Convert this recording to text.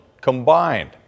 combined